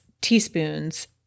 teaspoons